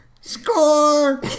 Score